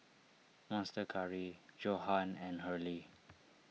Monster Curry Johan and Hurley